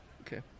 Okay